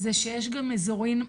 זה שיש גם אזורים,